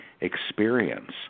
experience